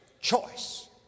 choice